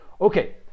okay